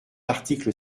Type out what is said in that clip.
article